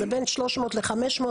זה בין 300 ל-500,